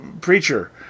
preacher